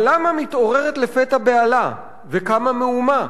אבל למה מתעוררת לפתע בהלה/ וקמה מהומה